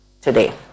today